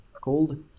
called